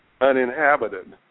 uninhabited